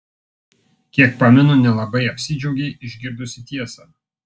kiek pamenu nelabai apsidžiaugei išgirdusi tiesą